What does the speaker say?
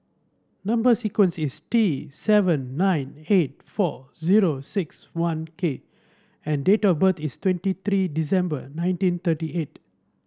number sequence is T seven nine eight four zero six one K and date of birth is twenty three December nineteen thirty eight